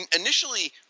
initially